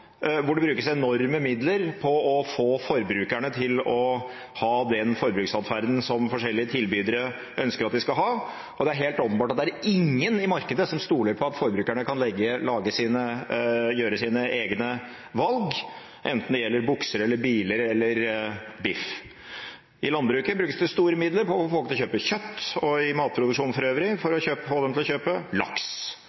hvor det brukes enorme midler på å få forbrukerne til å ha den forbruksadferden som forskjellige tilbydere ønsker at vi skal ha, og det er helt åpenbart at ingen i markedet stoler på at forbrukerne kan gjøre sine egne valg, enten det gjelder bukser eller biler eller biff. I landbruket brukes det store midler på å få folk til å kjøpe kjøtt og i matproduksjonen for øvrig